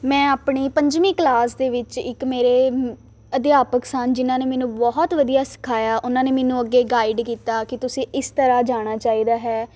ਮੈਂ ਆਪਣੀ ਪੰਜਵੀਂ ਕਲਾਸ ਦੇ ਵਿੱਚ ਇੱਕ ਮੇਰੇ ਅਧਿਆਪਕ ਸਨ ਜਿਹਨਾਂ ਨੇ ਮੈਨੂੰ ਬਹੁਤ ਵਧੀਆ ਸਿਖਾਇਆ ਉਹਨਾਂ ਨੇ ਮੈਨੂੰ ਅੱਗੇ ਗਾਈਡ ਕੀਤਾ ਕਿ ਤੁਸੀਂ ਇਸ ਤਰ੍ਹਾਂ ਜਾਣਾ ਚਾਹੀਦਾ ਹੈ